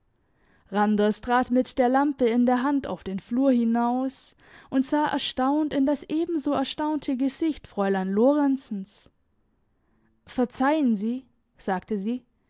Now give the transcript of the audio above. randers trat mit der lampe in der hand auf den flur hinaus und sah erstaunt in das ebenso erstaunte gesicht fräulein lorenzens verzeihen sie sagte sie